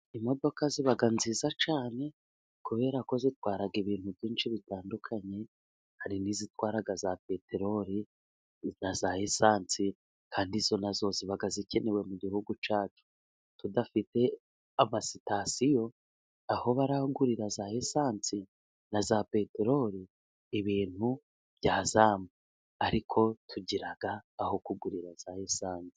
Imodoka ziba nziza cyane, kubera ko zitwara ibintu byinshi bitandukanye, hari n'izitwara za peteroli na za esansi kandi izo na zo ziba zikenewe mu gihugu cyacu ,tudafite amasitasiyo aho baragurira za esansi na za peteroli ,ibintu byazamba ariko tugira aho kugurira za esanse.